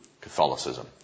Catholicism